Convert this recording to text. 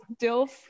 Dilf